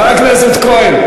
חבר הכנסת כהן.